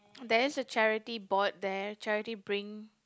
there is a charity board there charity bring